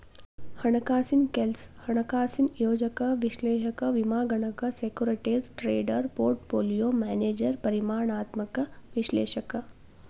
ಹಣಕಾಸಿನ್ ಕೆಲ್ಸ ಹಣಕಾಸಿನ ಯೋಜಕ ವಿಶ್ಲೇಷಕ ವಿಮಾಗಣಕ ಸೆಕ್ಯೂರಿಟೇಸ್ ಟ್ರೇಡರ್ ಪೋರ್ಟ್ಪೋಲಿಯೋ ಮ್ಯಾನೇಜರ್ ಪರಿಮಾಣಾತ್ಮಕ ವಿಶ್ಲೇಷಕ